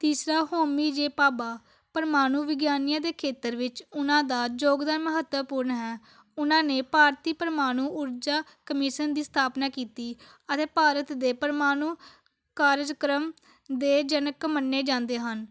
ਤੀਸਰਾ ਹੋਮੀ ਜੇ ਭਾਬਾ ਪਰਮਾਣੂ ਵਿਗਿਆਨੀਆਂ ਦੇ ਖੇਤਰ ਵਿੱਚ ਉਹਨਾਂ ਦਾ ਯੋਗਦਾਨ ਮਹੱਤਵਪੂਰਨ ਹੈ ਉਹਨਾਂ ਨੇ ਭਾਰਤੀ ਪਰਮਾਣੂ ਊਰਜਾ ਕਮਿਸ਼ਨ ਦੀ ਸਥਾਪਨਾ ਕੀਤੀ ਅਤੇ ਭਾਰਤ ਦੇ ਪਰਮਾਣੂ ਕਾਰਜਕ੍ਰਮ ਦੇ ਜਨਕ ਮੰਨੇ ਜਾਂਦੇ ਹਨ